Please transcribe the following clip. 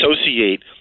associate